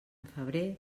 febrer